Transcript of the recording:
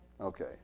Okay